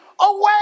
away